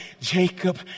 Jacob